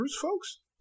folks